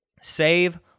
Save